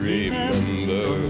Remember